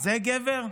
זה גבר?